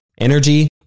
energy